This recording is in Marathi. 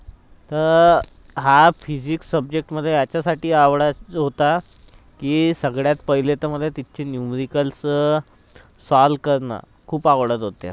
तर हा फिजिक्स सब्जेक्टमध्ये याच्यासाठी आवडत होता की सगळ्यात पहिले तर मला तिथचे न्यूमरिकल्स सॉल्व करणं खूप आवडत होते